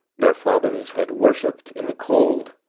their fathers had worshipped in the cold,